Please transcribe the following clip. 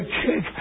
kick